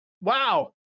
Wow